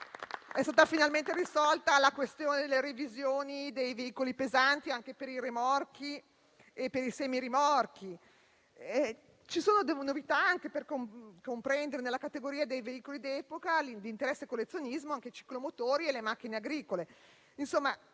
È stata finalmente risolta la questione delle revisioni dei veicoli pesanti, anche per i rimorchi e per i semirimorchi. Ci sono novità per comprendere nella categoria dei veicoli d'epoca di interesse e collezionismo anche i ciclomotori e le macchine agricole.